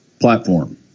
platform